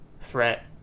threat